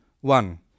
one